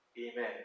Amen